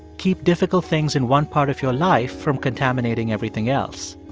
keep difficult things in one part of your life from contaminating everything else.